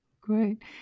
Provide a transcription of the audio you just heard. Great